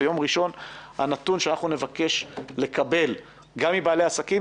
ביום ראשון הנתון שנבקש לקבל גם מבעלי עסקים,